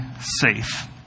safe